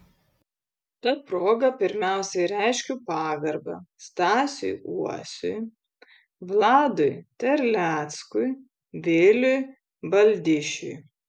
ta proga pirmiausia reiškiu pagarbą stasiui uosiui vladui terleckui viliui baldišiui